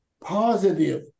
positive